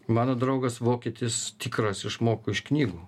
mano draugas vokietis tikras išmoko iš knygų